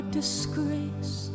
disgrace